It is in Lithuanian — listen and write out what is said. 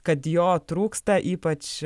kad jo trūksta ypač